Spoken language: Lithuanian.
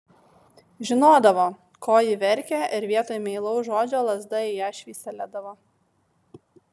žinodavo ko ji verkia ir vietoj meilaus žodžio lazda į ją švystelėdavo